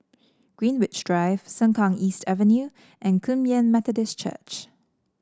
Greenwich Drive Sengkang East Avenue and Kum Yan Methodist Church